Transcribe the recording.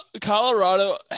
Colorado